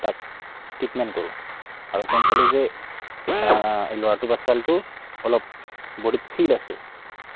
তাক ট্ৰিটমেণ্ট কৰোঁ আৰু গম পালোঁ যে এই ল'ৰাটো বা ছোৱালীটোৰ অলপ বডীত ফিল আছে